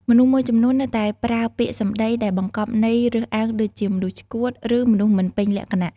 មនុស្សមួយចំនួននៅតែប្រើពាក្យសំដីដែលបង្កប់ន័យរើសអើងដូចជា "មនុស្សឆ្កួត" ឬ "មនុស្សមិនពេញលក្ខណៈ"។